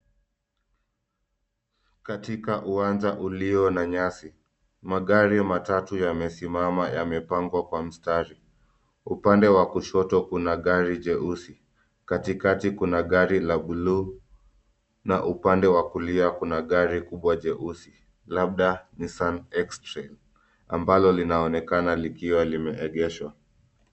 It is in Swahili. Katika uwanja ulio na nyasi, magari matatu yamesimama yamepangwa kwa mstari. Upande wa kushoto kuna gari jeusi, katikati kuna gari za blue , na upande wa kulia kuna gari kubwa jeusi, labda ni Nissan X-Trail, ambalo linaonekana likiwa limeegeshwa.